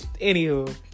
Anywho